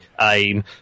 aim